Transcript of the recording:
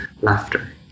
laughter